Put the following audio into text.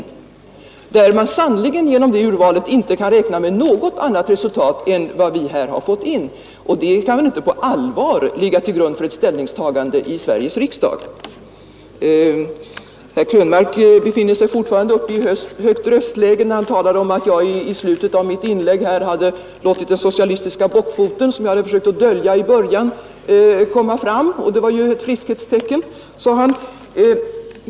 Detta gör att man sannerligen inte hade kunnat räkna med något annat resultat än det som vi nu också fått in, och det kan väl inte på allvar ligga till grund för ett ställningstagande i Sveriges riksdag. Herr Krönmark befann sig fortfarande i ett högt röstläge när han talade om att jag i slutet av mitt inlägg hade låtit den socialistiska bockfoten, som jag försökt dölja i början, komma fram, vilket skulle vara ett friskhetstecken.